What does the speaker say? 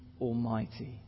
Almighty